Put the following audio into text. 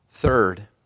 Third